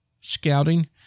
scouting